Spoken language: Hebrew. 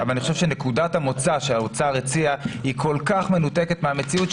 אבל אני חושב שנקודת המוצא שהאוצר הציע היא כל כך מנותקת מהמציאות,